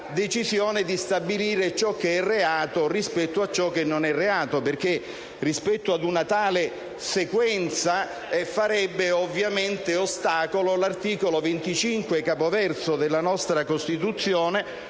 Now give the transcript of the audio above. la decisione di stabilire ciò che è reato rispetto a ciò che non lo è. Rispetto ad una tale sequenza farebbe ostacolo l'articolo 25, capoverso, della nostra Costituzione